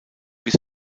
bis